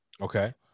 Okay